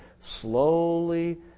slowly